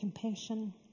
compassion